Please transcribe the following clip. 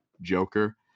Joker